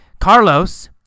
Carlos